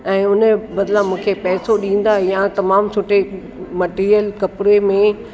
ऐं उन जे बदिरां मूंखे पैसो ॾींदा या तमामु सुठे मटेरियल कपिड़े में